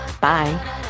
Bye